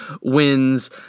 wins